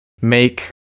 make